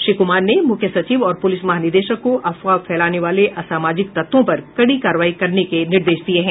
श्री कुमार ने मुख्य सचिव और पुलिस महानिदेशक को अफवाह फैलाने वाले असामाजिक तत्वों पर कड़ी कार्रवाई करने के निर्देश दिये हैं